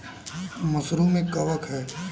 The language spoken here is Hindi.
मशरूम एक कवक है